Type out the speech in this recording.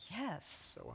Yes